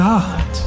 God